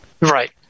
Right